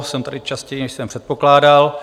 Jsem tady častěji, než jsem předpokládal.